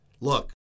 look